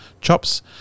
chops